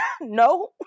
No